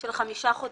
של חמישה חודשים,